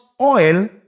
oil